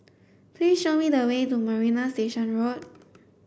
please show me the way to Marina Station Road